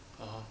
(uh huh)